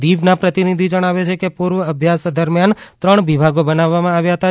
દીવનાં પ્રતિનિધી જણાવે છે કે પૂર્વ અભ્યાસ દરમિયાન ત્રણ વિભાગો બનાવવામાં આવ્યા હતાં